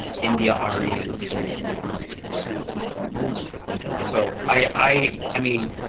india ari and kendrick lamar. and you know so i i mean,